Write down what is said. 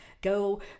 go